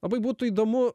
labai būtų įdomu